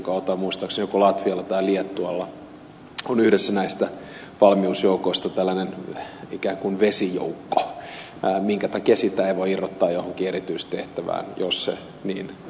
muistaakseni joko latvialla tai liettualla on yhdessä näistä valmiusjoukoista ikään kuin vesijoukko minkä takia sitä ei voi irrottaa johonkin erityistehtävään jos se niin vaatisi